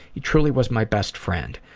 he truly was my best friend.